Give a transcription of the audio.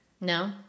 No